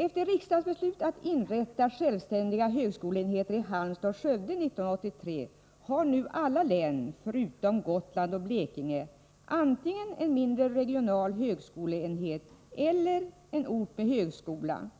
Efter riksdagsbeslut att inrätta självständiga högskoleenheter i Halmstad och Skövde 1983 har nu alla län utom Blekinge och Gotland antingen en mindre regional högskoleenhet eller en ort med högskola.